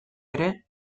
ere